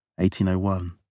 1801